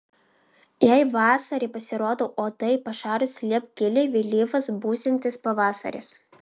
jei vasarį pasirodo uodai pašarus slėpk giliai vėlyvas būsiantis pavasaris